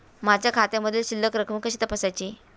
माझ्या खात्यामधील शिल्लक रक्कम कशी तपासायची?